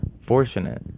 fortunate